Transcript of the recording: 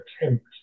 attempt